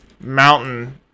mountain